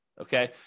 okay